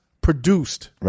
produced